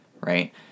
right